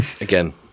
Again